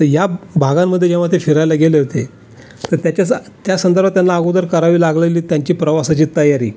तर या भागांमध्ये जेव्हा ते फिरायला गेले होते तर त्याचा सं त्या संदर्भात त्यांना अगोदर करावी लागलेली त्यांची प्रवासाची तयारी